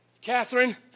Catherine